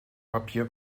papier